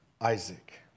Isaac